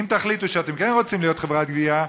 אם תחליטו שאתם כן רוצים להיות חברת גבייה,